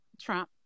trump